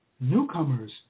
Newcomers